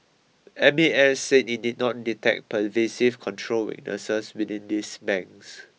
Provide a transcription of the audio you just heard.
M A S said it did not detect pervasive control weaknesses within these banks